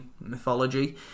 mythology